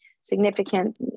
significant